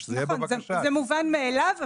זה מובן מאליו,